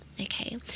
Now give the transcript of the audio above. okay